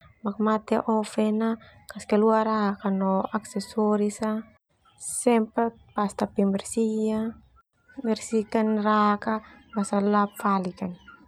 Mate oven na kaskeluar rak no aksesoris semprot pasta pembersih basa sona lap falik.